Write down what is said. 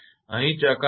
અહીં ચકાસો